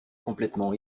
complètement